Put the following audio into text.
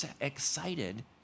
excited